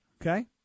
Okay